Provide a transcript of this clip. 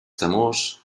temors